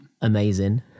Amazing